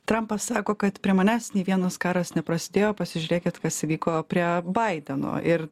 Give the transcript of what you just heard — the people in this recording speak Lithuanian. trumpas sako kad prie manęs nei vienas karas neprasidėjo pasižiūrėkit kas vyko prie baideno ir